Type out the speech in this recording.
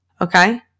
Okay